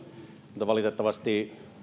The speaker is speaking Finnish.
mutta valitettavasti